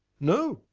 no,